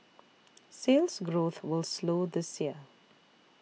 Sales Growth will slow this year